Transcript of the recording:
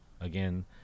again